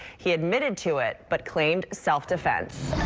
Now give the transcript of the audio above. he admitted to it but claimed self-defense.